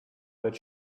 that